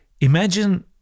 imagine